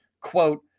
Quote